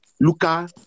Luca